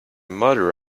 mother